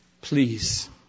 please